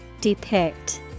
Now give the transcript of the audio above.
Depict